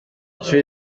ishuri